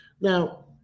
Now